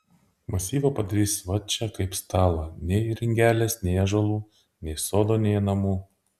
masyvą padarys va čia kaip stalą nei ringelės nei ąžuolų nei sodo nei namų